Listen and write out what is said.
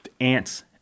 ants